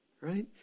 right